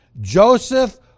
Joseph